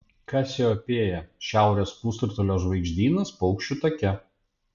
kasiopėja šiaurės pusrutulio žvaigždynas paukščių take